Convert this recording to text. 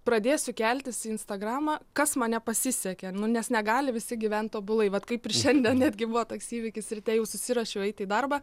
pradėsiu keltis į instagramą kas man nepasisekė nes negali visi gyvent tobulai vat kaip ir šiandien netgi buvo toks įvykis ryte jau susiruošiau eiti į darbą